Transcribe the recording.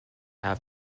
have